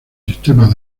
sistemas